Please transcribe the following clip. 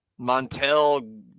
montel